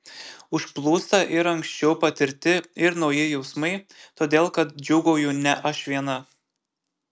užplūsta ir anksčiau patirti ir nauji jausmai todėl kad džiūgauju ne aš viena